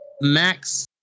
Max